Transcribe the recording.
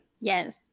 Yes